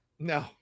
No